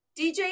DJ